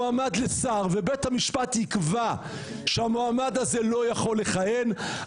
אם מועמד לשר ובית המשפט יקבע שהמועמד הזה לא יכול לכהן,